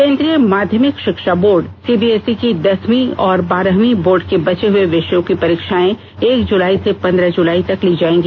केंद्रीय माध्यमिक शिक्षा बोर्ड सीबीएसई की दसवीं और बारहवीं बोर्ड के बचे हुए विषयों की परीक्षाएं एक जुलाई से पन्द्रह जुलाई तक ली जाएगी